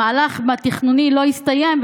המהלך התכנוני לא יסתיים,